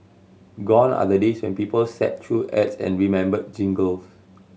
gone are the days when people sat through ads and remembered jingles